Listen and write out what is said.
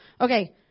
Okay